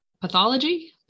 pathology